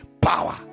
power